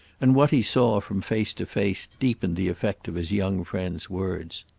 and what he saw, from face to face, deepened the effect of his young friend's words.